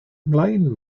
mlaen